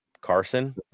Carson